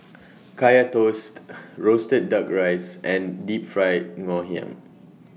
Kaya Toast Roasted Duck Rice and Deep Fried Ngoh Hiang